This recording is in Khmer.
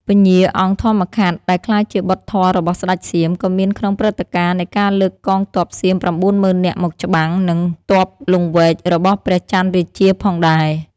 ពញ្ញាអង្គធម្មខាត់ ដែលក្លាយជាបុត្រធម៌របស់ស្ដេចសៀម ក៏មានក្នុងព្រឹត្តិការណ៍ នៃការលើកកងទ័ពសៀម៩មុឺននាក់មកច្បាំង និងទ័ពលង្វែករបស់ព្រះចន្ទរាជាផងដែរ ។